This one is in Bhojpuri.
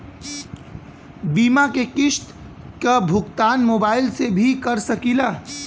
बीमा के किस्त क भुगतान मोबाइल से भी कर सकी ला?